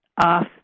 off